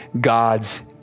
God's